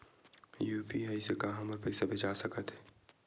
UPI से का हमर पईसा भेजा सकत हे?